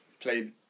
played